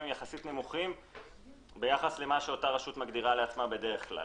יחסית נמוכים ביחס למה שאותה רשות מגדירה לעצמה בדרך כלל.